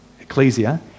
ecclesia